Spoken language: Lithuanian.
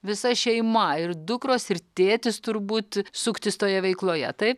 visa šeima ir dukros ir tėtis turbūt suktis toje veikloje taip